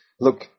Look